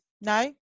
no